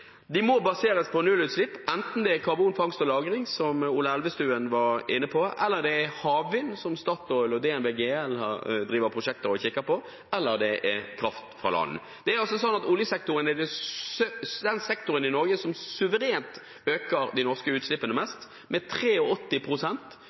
De må baseres på nullutslipp, enten det er karbonfangst og -lagring, som Ola Elvestuen var inne på, eller det er havvind, som Statoil og DNV GL driver prosjekter om og kikker på, eller det er kraft fra land. Oljesektoren er den sektoren i Norge som suverent øker de norske utslippene